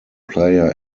player